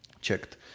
checked